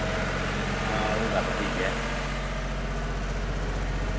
हां ओ गल्ल स्हेई ऐ